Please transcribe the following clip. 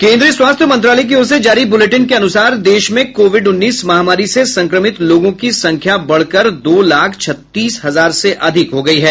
केंद्रीय स्वास्थ्य मंत्रालय की ओर से जारी बुलेटिन के अनुसार देश में कोविड उन्नीस महामारी से संक्रमित लोगों की संख्या बढकर दो लाख छत्तीस हजार से अधिक हो गयी है